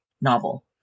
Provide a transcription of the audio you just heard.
novel